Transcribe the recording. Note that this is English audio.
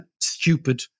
stupid